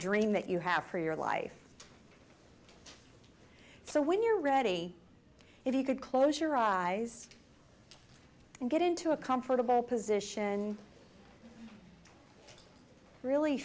dream that you have for your life so when you're ready if you could close your eyes and get into a comfortable position really